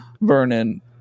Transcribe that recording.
vernon